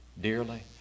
dearly